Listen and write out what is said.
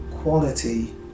quality